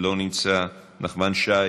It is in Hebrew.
לא נמצא, נחמן שי,